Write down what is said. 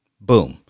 Boom